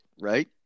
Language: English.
right